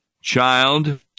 Child